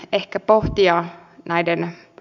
ehkä pohtia näiden